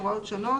הוראות שונות),